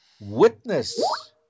witness